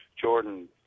Jordan